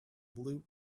blue